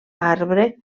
arbre